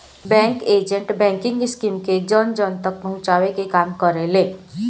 bank agent banking scheme के जन जन तक पहुंचावे के काम करेले